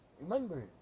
remember